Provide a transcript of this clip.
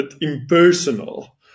impersonal